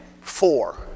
four